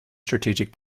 strategic